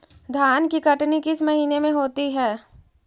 धान की कटनी किस महीने में होती है?